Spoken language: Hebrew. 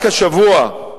רק השבוע,